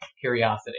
curiosity